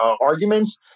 arguments